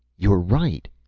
you're right,